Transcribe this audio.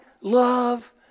love